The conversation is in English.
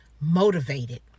motivated